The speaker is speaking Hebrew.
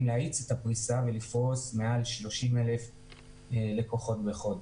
להאיץ את הפריסה ולפרוס מעל 30,000 לקוחות בחודש.